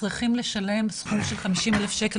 צריכים לשלם סכום של חמישים אלף שקל